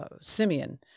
Simeon